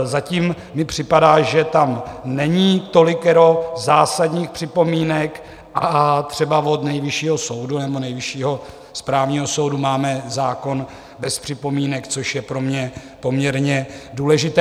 Zatím mi připadá, že tam není tolikero zásadních připomínek, a třeba od Nejvyššího soudu nebo Nejvyššího správního soudu máme zákon bez připomínek, což je pro mě poměrně důležité.